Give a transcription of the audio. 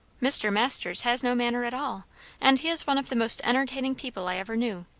mr. masters has no manner at all and he is one of the most entertaining people i ever knew.